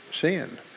sin